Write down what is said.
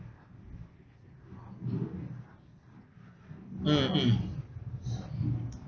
mm mm